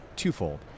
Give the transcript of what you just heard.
twofold